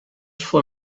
for